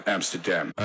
Amsterdam